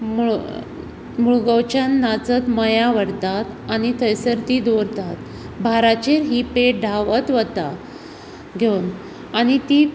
मूळ मुळगांवच्यान नाचत मया व्हरतात आनी थंयसर ती दवरतात भाराचेर ही पेट धांवत वता घेवन आनी ती